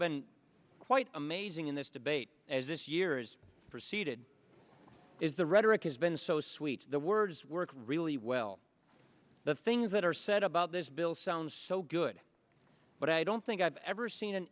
been quite amazing in this debate as this year's proceeded is the rhetoric has been so sweet the words work really well the things that are said about this bill sounds so good but i don't think i've ever seen an